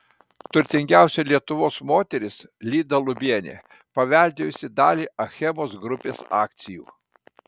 turtingiausia lietuvos moteris lyda lubienė paveldėjusi dalį achemos grupės akcijų